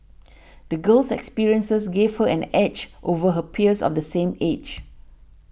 the girl's experiences gave her an edge over her peers of the same age